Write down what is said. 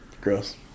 Gross